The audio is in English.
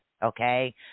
Okay